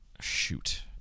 Shoot